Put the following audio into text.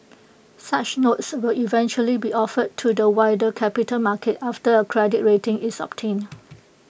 such notes will eventually be offered to the wider capital market after A credit rating is obtained